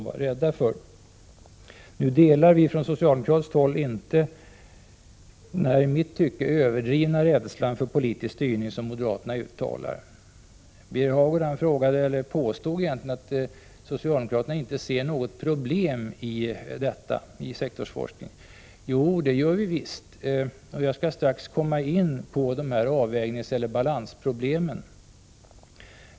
26 maj 1987 På socialdemokratiskt håll delar vi inte den i mitt tycke överdrivna rädsla för politisk styrning som moderaterna uttalar. Birger Hagård påstod att socialdemokraterna inte ser något problem i sektorsforskning. Jo, det gör vi visst. Jag skall strax komma in på dessa avvägningseller balansproblem.